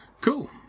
Cool